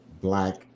black